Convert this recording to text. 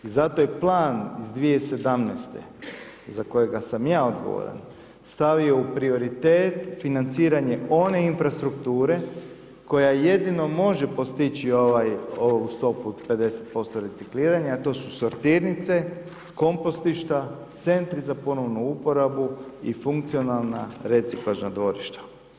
I zato je plan iz 2017. godine za kojega sam ja odgovaran, stavio u prioritet financiranje one infrastrukture koja je jedino može postići ovu stopu od 50% recikliranja a to su sortirnice, kompostišta, centri za ponovnu uporabu i funkcionalna reciklažna dvorišta.